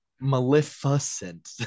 Maleficent